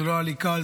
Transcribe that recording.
זה לא היה לי קל,